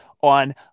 on